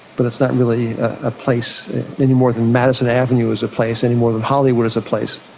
but it's not really a place any more than madison avenue is a place, any more than hollywood is a place.